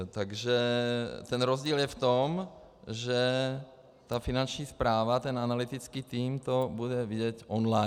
Takže ten rozdíl je v tom, že Finanční správa, ten analytický tým, to bude vidět online.